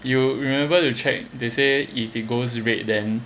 you remember to check they say if it goes red then